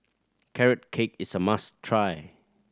Carrot Cake is a must try